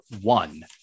one